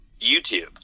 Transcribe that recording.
YouTube